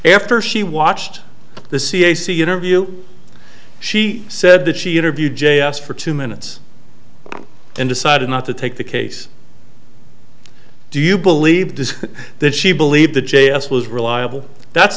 after she watched the cac interview she said that she interviewed j s for two minutes and decided not to take the case do you believe that she believed the j s was reliable that's